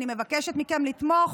אני מבקשת מכם לתמוך.